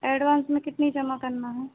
advance में कितनी जमा करना है